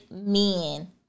men